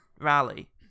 Rally